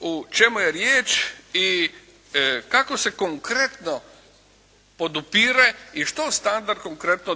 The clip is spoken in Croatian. o čemu je riječ i kako se konkretno podupire i što standard konkretno